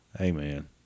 Amen